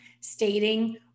stating